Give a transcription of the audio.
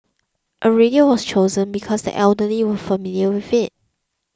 a radio was chosen because the elderly were familiar with it